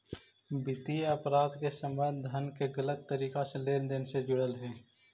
वित्तीय अपराध के संबंध धन के गलत तरीका से लेन देन से जुड़ल हइ